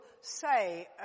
say